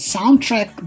Soundtrack